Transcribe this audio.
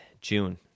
June